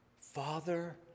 Father